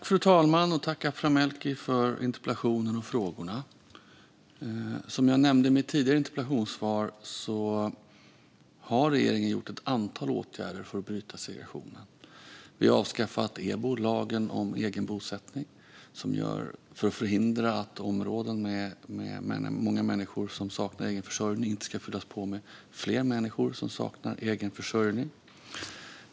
Fru talman! Tack, Aphram Melki, för interpellationen och frågorna! Som jag nämnde i mitt tidigare svar har regeringen vidtagit ett antal åtgärder för att bryta segregationen. Vi har avskaffat EBO, lagen om egen bosättning, för att förhindra att områden med många människor som saknar egen försörjning ska fyllas på med fler människor som saknar egen försörjning.